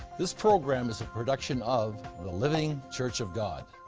this program is a production of the living church of god.